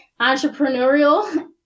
entrepreneurial